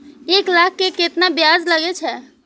एक लाख के केतना ब्याज लगे छै?